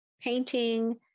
painting